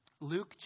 Luke